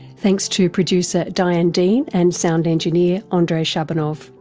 thanks to producer diane dean and sound engineer ah andrei shabunov.